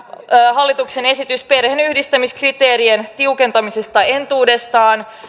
hallituksen esitys perheenyhdistämiskriteerien tiukentamisesta entuudestaan